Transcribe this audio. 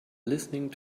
listening